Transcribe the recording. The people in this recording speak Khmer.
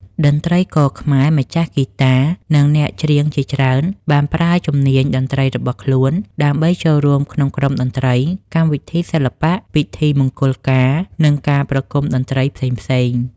តន្ត្រីករខ្មែរ ម្ចាស់ហ្គីតា និងអ្នកច្រៀងជាច្រើនបានប្រើជំនាញតន្ត្រីរបស់ខ្លួន ដើម្បីចូលរួមក្នុងក្រុមតន្ត្រី កម្មវិធីសិល្បៈ ពិធីមង្គលការ និងការប្រគំតន្ត្រីផ្សេងៗ។